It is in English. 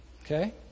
Okay